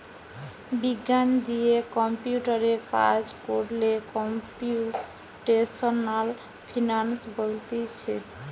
বিজ্ঞান দিয়ে কম্পিউটারে কাজ কোরলে কম্পিউটেশনাল ফিনান্স বলতিছে